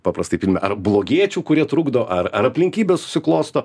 paprastai filme ar blogiečių kurie trukdo ar ar aplinkybės susiklosto